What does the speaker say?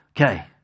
okay